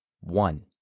One